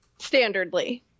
standardly